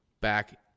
back